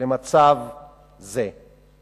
למצב זה.